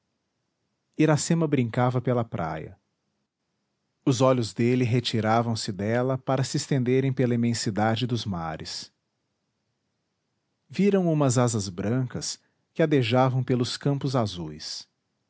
iracema brincava pela praia os olhos dele retiravam-se dela para se estenderem pela imensidade dos mares viram umas asas brancas que adejavam pelos campos azuis